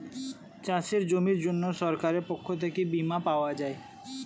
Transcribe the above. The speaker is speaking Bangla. চাষের জমির জন্য সরকারের পক্ষ থেকে বীমা পাওয়া যায়